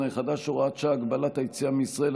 החדש (הוראת שעה) (הגבלת היציאה מישראל),